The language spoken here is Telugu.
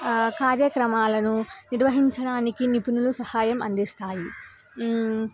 కార్యక్రమాలను నిర్వహించడానికి నిపుణులు సహాయం అందిస్తాయి